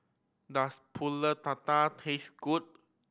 does Pulut Tatal taste good